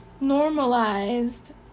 normalized